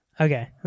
Okay